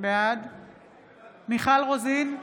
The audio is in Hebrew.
בעד מיכל רוזין,